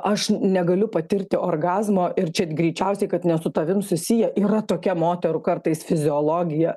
aš negaliu patirti orgazmo ir čia greičiausiai kad net su tavim susiję yra tokia moterų kartais fiziologija